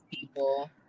people